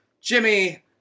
Jimmy